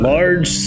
Large